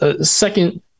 Second